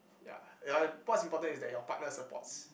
ya ya and what's important is that your partner supports